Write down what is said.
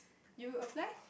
you offline